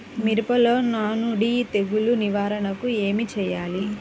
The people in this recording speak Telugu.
మిరపలో నానుడి తెగులు నివారణకు ఏమి చేయాలి?